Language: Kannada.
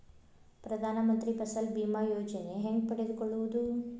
ಪ್ರಧಾನ ಮಂತ್ರಿ ಫಸಲ್ ಭೇಮಾ ಯೋಜನೆ ಹೆಂಗೆ ಪಡೆದುಕೊಳ್ಳುವುದು?